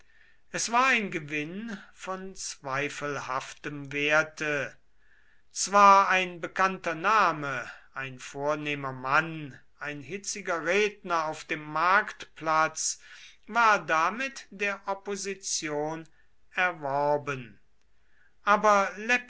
es war ein gewinn von zweifelhaftem werte zwar ein bekannter name ein vornehmer mann ein hitziger redner auf dem markt war damit der opposition erworben aber